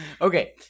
Okay